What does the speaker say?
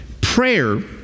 Prayer